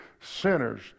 sinners